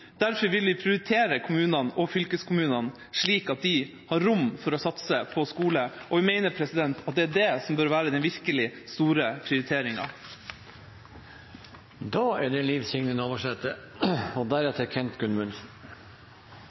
Derfor vil vi prioritere kommunene og fylkeskommunene slik at de har rom for å satse på skole. Vi mener at det er det som bør være den virkelig store prioriteringa. For ei lita stund sidan høyrde me representanten Keshvari skryte av at regjeringa ser storbyane. Det er